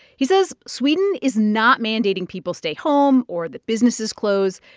he says sweden is not mandating people stay home or that businesses close,